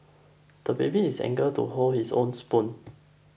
The baby is anger to hold his own spoon